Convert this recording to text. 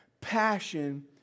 passion